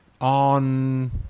on